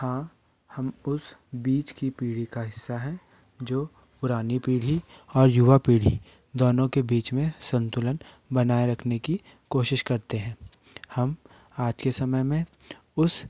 हाँ हम उस बीच की पीढ़ी का हिस्सा हैं जो पुरानी पीढ़ी और युवा पीढ़ी दोनों के बीच में संतुलन बनाए रखने की कोशिश करते हैं हम आज के समय में उस